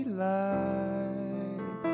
light